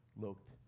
looked